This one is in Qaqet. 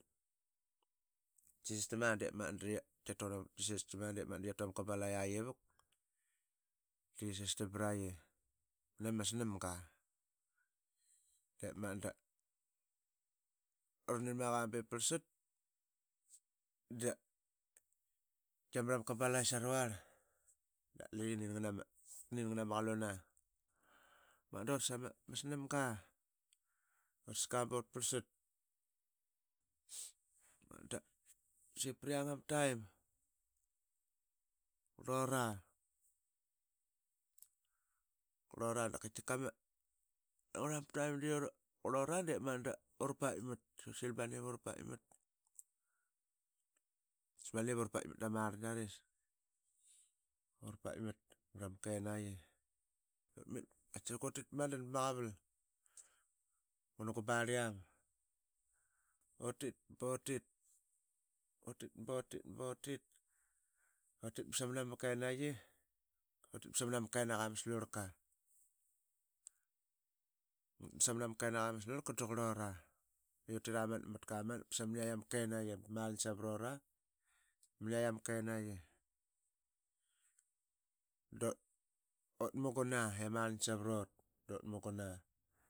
Qisistam dep mangat de qiatu ama gabalagi ivukde qisistam praqi nama snamga Dep mangat da urninmaqa bep vlsat da qiamrama gabalaqi sararl de qi nin nganma qaluna dep mangat dutas ama snamga. utaska but parlsat. Dep magat da vriang ama taim de qurlura. qurlura da qaitkikama. lungurera ama taim ura de qurlura de utsil bana iv ura paitmat dama rlangiaris ura paitmat mrama kenaiqi utmit qattaqalka utit madan pama qavalngun gubarliam. Utit butit. butit. butit. butit util ba samnama kenaiyi. utit basamnama kenaqa ama slurka. utmit bsaman ama kenaqa ama slurlka da qurlura utiramanap matkamanap bsamaniyatk ama kenaiyi damarlangi savrara mni yaitama kenaiyi du ot muguna i amarlangi savrut dut muguna